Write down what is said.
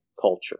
culture